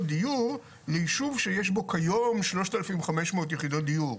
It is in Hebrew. דיור מישוב שיש בו כיום שלושת אלפים חמש מאות יחידות דיור.